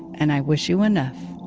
and i wish you enough.